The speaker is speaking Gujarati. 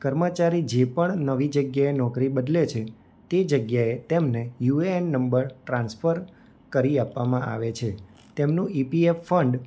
કર્મચારી જે પણ નવી જગ્યાએ નોકરી બદલે છે તે જગ્યાએ તેમને યુ એએન નંબર ટ્રાન્સફર કરી આપવામાં આવે છે તેમનું ઈપીએફ ફંડ